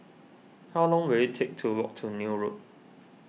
how long will it take to walk to Neil Road